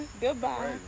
Goodbye